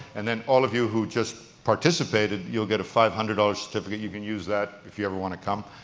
and then all of you who just participated, you'll get a five hundred dollars certificate. you can use that if you ever want to come,